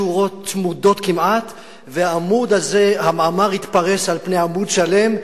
שורות צמודות כמעט, והמאמר התפרס על פני עמוד שלם.